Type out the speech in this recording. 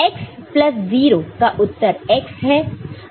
x plus 0 का उत्तर x है आइडेंटिटी पोस्टयूलेट से